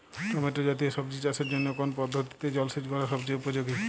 Tomato জাতীয় সবজি চাষের জন্য কোন পদ্ধতিতে জলসেচ করা সবচেয়ে উপযোগী?